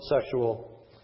sexual